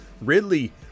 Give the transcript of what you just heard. Ridley